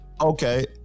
okay